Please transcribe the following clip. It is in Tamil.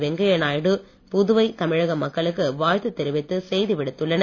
வெங்கைய நாயுடு புதுவை தமிழக மக்களுக்கு வாழ்த்து தெரிவித்து செய்தி விடுத்துள்ளார்